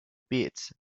bits